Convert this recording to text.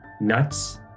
nuts